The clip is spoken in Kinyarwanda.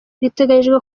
biteganyijwe